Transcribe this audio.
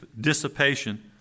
dissipation